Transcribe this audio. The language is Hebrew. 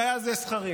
והיה זה שכרי,